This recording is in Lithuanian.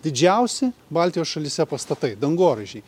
didžiausi baltijos šalyse pastatai dangoraižiai